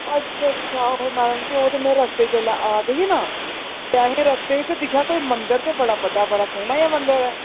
अच्छा अच्छा आहो मैडम जी ओह् ते रस्ते च जिसलै मीं आ दी ही ना असें रस्ते च दिक्खेआ कोई मंदर ते बड़ा बड्डा बड़ा सोना जेहा मंदर ऐ